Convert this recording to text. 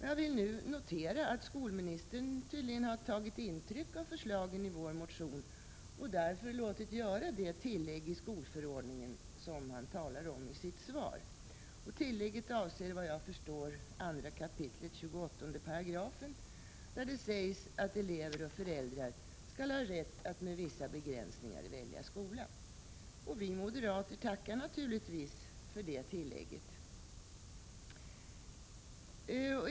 Jag vill nu notera att skolministern tydligen har tagit intryck av förslagen i vår motion och därför låtit göra det tillägg i skolförordningen som han talar om i sitt svar. Tillägget avser, såvitt jag förstår, 2 kap. 28 §, där det sägs att elever och föräldrar skall ha rätt att med vissa begränsningar välja skola. Vi moderater tackar naturligtvis för detta tillägg.